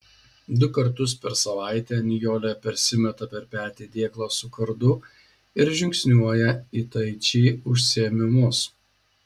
du kartus per savaitę nijolė persimeta per petį dėklą su kardu ir žingsniuoja į taiči užsiėmimus